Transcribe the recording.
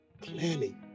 Clearly